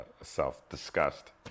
self-disgust